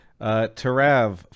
tarav